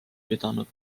pidanud